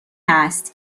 است